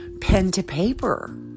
pen-to-paper